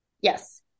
Yes